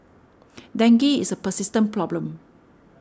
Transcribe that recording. dengue is a persistent problem